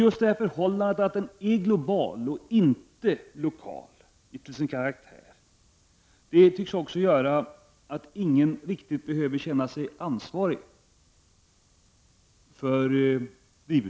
Just det faktum att drivhuseffekten är global och inte lokal till sin karaktär tycks göra att ingen riktigt känner sig ansvarig för den.